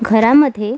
घरामध्ये